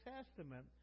Testament